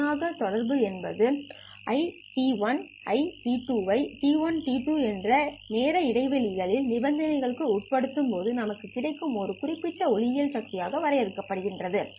தானாக தொடர்பு என்பது II ஐ t1 மற்றும் t2 என்ற நேர இடைவெளிகள் நிபந்தனைகளுக்கு உட்படுத்தும் போது நமக்கு கிடைக்கும் ஒரு குறிப்பிட்ட ஒளியியல் சக்தி ஆக வரையறுக்கப்படுகிறது